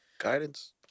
Guidance